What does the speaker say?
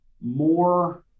more